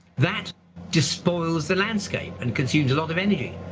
that despoils the landscape and consumes a lot of energy.